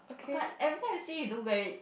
but every time you see you don't wear it